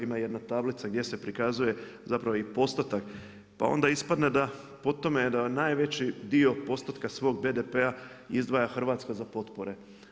Ima jedna tablica gdje se prikazuje i postotak pa onda ispadne da po tome da najveći dio postotka svog BDP-a izdvaja Hrvatska za potpore.